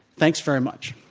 thanks very much.